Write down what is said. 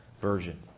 Version